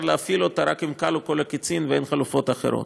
להפעיל אותה רק אם כלו כל הקִצין ואין חלופות אחרות.